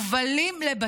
ישראל,